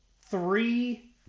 three